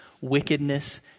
wickedness